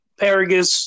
Paragus